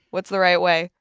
what's the right way?